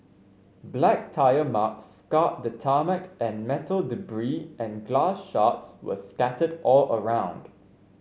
black tyre marks scarred the tarmac and metal and glass shards were scattered all around